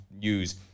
use